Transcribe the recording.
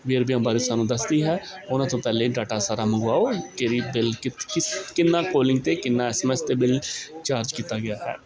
ਵੇਰਵਿਆਂ ਬਾਰੇ ਸਾਨੂੰ ਦੱਸਦੀ ਹੈ ਉਹਨਾਂ ਤੋਂ ਪਹਿਲਾਂ ਡਾਟਾ ਸਾਰਾ ਮੰਗਵਾਓ ਕਿਹੜੀ ਬਿੱਲ ਕਿਸ ਕਿਤ ਕਿੰਨਾ ਕੌਲਿੰਗ 'ਤੇ ਕਿੰਨਾ ਐੱਸ ਐੱਮ ਐੱਸ 'ਤੇ ਬਿੱਲ ਚਾਰਜ ਕੀਤਾ ਗਿਆ ਹੈ